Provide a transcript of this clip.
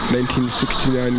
1969